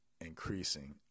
increasing